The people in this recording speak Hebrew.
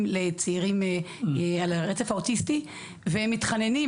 לצעירים על הרצף האוטיסטי והם מתחננים,